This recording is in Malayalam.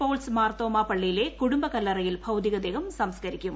പോൾസ് മാർത്തോമ്മ പള്ളിയിലെ കുടുംബകല്ലറയിൽ ഭൌതിക ദേഹം സംസ്കരിക്കും